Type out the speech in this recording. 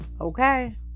Okay